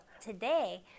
today